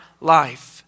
life